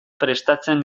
prestatzen